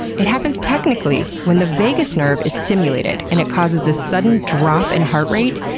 it happens, technically, when the vagus nerve is stimulated, and it causes this sudden drop in heart rate,